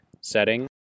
setting